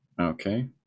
Okay